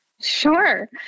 Sure